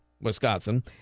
Wisconsin